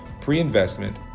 pre-investment